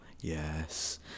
Yes